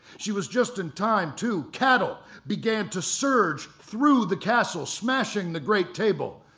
she was just in time too. cattle began to surge through the castle, smashing the great table.